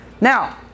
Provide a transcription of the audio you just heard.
Now